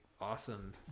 awesome